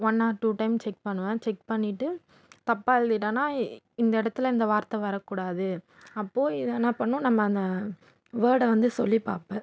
one or two time check பண்ணுவேன் check பண்ணிட்டு தப்பாக எழுதிட்டன்னா இந்த இடத்துல இந்த வார்த்தை வரக்கூடாது அப்போது இதை என்ன பண்ணுவோம் நம்ம அந்த வேடை வந்து சொல்லிப்பார்ப்பேன்